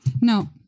No